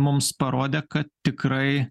mums parodė kad tikrai